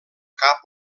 cap